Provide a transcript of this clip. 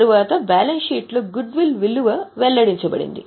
తరువాత బ్యాలెన్స్ షీట్లో గుడ్విల్ విలువ వెల్లడించబడింది